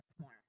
more